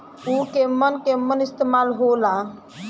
उव केमन केमन इस्तेमाल हो ला?